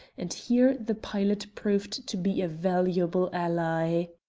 and here the pilot proved to be a valuable ally.